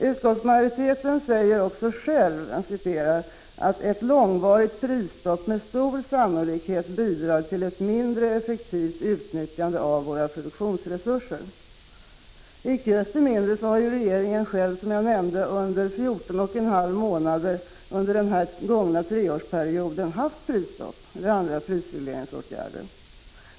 Utskottsmajoriteten säger själv att ”ett långvarigt prisstopp med stor sannolikhet bidrar till ett mindre effektivt utnyttjande av våra produktionsresurser”. Icke desto mindre har regeringen själv, som jag nämnde, under fjorton och en halv månad av den gångna treårsperioden tillämpat prisstopp eller andra prisregleringsåtgärder.